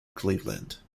cleveland